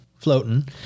floating